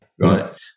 Right